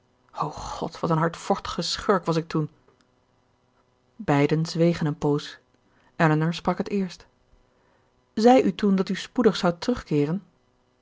o god wat een hardvochtige schurk was ik toen beiden zwegen een poos elinor sprak het eerst zei u toen dat u spoedig zoudt terugkeeren